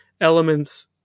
elements